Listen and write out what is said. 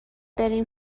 بریم